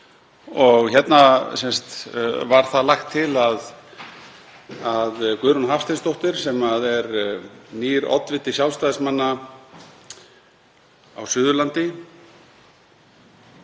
Hér var það lagt til að Guðrún Hafsteinsdóttir, sem er nýr oddviti Sjálfstæðismanna á Suðurlandi,